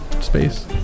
space